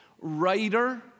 writer